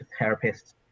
therapists